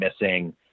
missing –